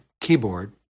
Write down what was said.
keyboard